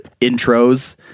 intros